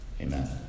Amen